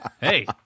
hey